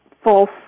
false